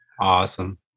Awesome